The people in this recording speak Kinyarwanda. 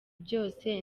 byose